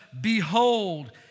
behold